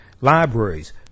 libraries